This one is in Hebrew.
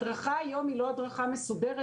הדרכה היום היא לא הדרכה מסודרת,